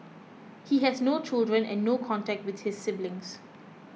he has no children and no contact with his siblings